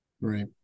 right